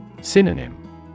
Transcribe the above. Synonym